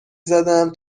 زدم